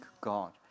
God